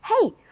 hey